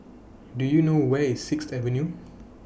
Do YOU know Where IS Sixth Avenue